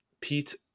Pete